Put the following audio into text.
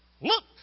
Look